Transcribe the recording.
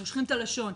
נושכים את הלשון,